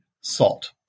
salt